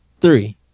three